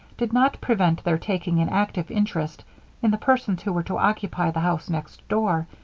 did not prevent their taking an active interest in the persons who were to occupy the house next door,